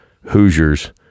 Hoosiers